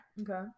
Okay